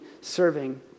serving